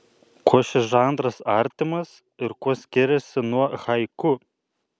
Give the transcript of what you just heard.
kuo šis žanras artimas ir kuo skiriasi nuo haiku